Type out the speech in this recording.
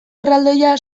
erraldoia